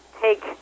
take